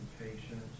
impatient